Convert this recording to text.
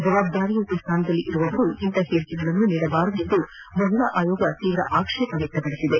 ಜವಬ್ದಾರಿಯುತ ಸ್ಥಾನದಲ್ಲಿರುವವರು ಇಂತಹ ಹೇಳಿಕೆಗಳನ್ನು ನೀಡಬಾರದೆಂದು ಮಹಿಳಾ ಆಯೋಗ ತೀವ್ರ ಆಕ್ಷೇಪ ವ್ಯಕ್ತ ಪಡಿಸಿದೆ